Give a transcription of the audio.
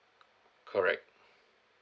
correct